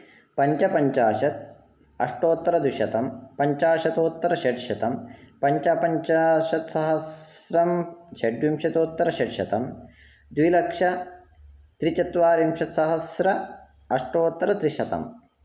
पञ्चपञ्चाशत् अष्टोत्तरद्विशतम् पञ्चाशतोत्तरषड्शतम् पञ्चपञ्चाशत्सहस्रं षड्विंशतोत्तरषड्शतम् द्विलक्ष्यत्रिचत्वारिंशत्सहस्र अष्टोत्तरद्विशतम्